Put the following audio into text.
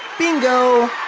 bingo!